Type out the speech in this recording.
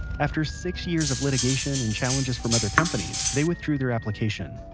after six years of litigation and challenges from other companies they withdrew their application.